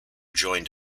joined